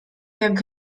jak